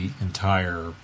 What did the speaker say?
entire